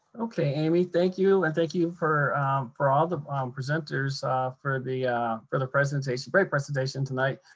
okay, amy, thank you, and thank you for for all the um presenters ah for the for the presentation. great presentation tonight.